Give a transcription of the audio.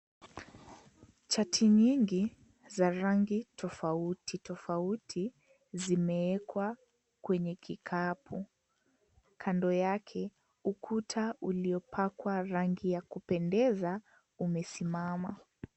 Chati nyingi, za rangi tofauti tofauti, zimeekwa, kwenye kikapu, kando yake, ukuta uliopakwa rangi ya kupendeza, umesimama.